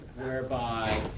whereby